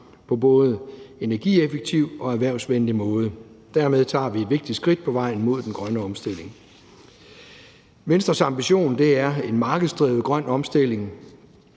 på både energieffektiv og erhvervsvenlig måde. Dermed tager vi et vigtigt skridt på vejen mod den grønne omstilling. Venstres ambition er en markedsdrevet grøn omstilling.